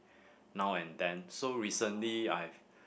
now and then so recently I've